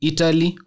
Italy